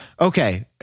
Okay